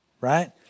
right